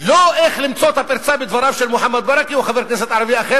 לא איך למצוא את הפרצה בדבריו של מוחמד ברכה או חבר כנסת ערבי אחר